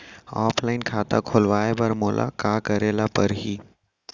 Offline खाता खोलवाय बर मोला का करे ल परही?